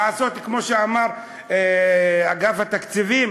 לעשות כמו שאמר אגף התקציבים,